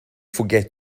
forget